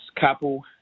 couple